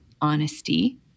honesty